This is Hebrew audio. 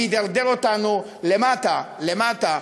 וידרדר אותנו למטה, למטה.